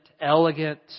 elegant